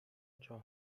چهار